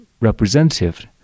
representative